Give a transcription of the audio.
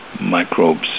microbes